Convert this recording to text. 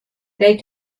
they